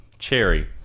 cherry